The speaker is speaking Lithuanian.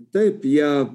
taip jie